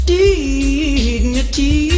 dignity